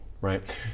right